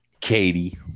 Katie